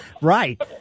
right